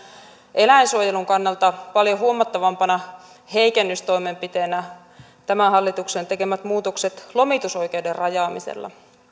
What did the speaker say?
eläinsuojelun kannalta paljon huomattavampana heikennystoimenpiteenä tämän hallituksen tekemät muutokset lomitusoikeuden rajaamiseen